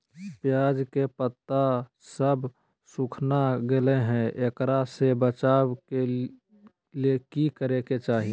प्याज के पत्ता सब सुखना गेलै हैं, एकरा से बचाबे ले की करेके चाही?